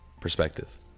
perspective